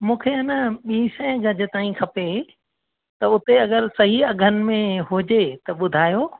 मूंखे आहे न ॿीं सवें गज ताईं खपे त हुते अगरि सही अघनि में हुजे त ॿुधायो